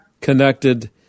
connected